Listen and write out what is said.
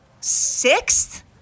Sixth